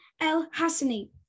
El-Hassani